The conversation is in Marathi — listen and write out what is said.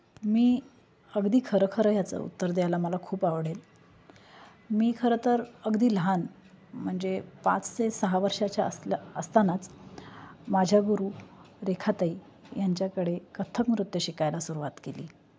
मी अगदी खरंखरं ह्याचं उत्तर द्यायला मला खूप आवडेल मी खरं तर अगदी लहान म्हणजे पाच ते सहा वर्षाच्या असल्या असतानाच माझ्या गुरू रेखाताई यांच्याकडे कथ्थक नृत्य शिकायला सुरवात केली